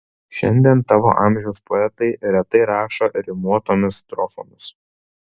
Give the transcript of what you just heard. šiandien tavo amžiaus poetai retai rašo rimuotomis strofomis